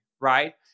right